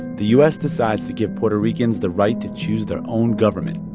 the u s. decides to give puerto ricans the right to choose their own government.